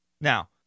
Now